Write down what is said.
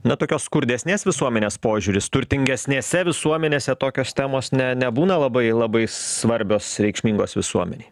na tokios skurdesnės visuomenės požiūris turtingesnėse visuomenėse tokios temos ne nebūna labai labai svarbios reikšmingos visuomenei